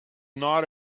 not